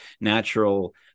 natural